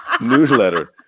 newsletter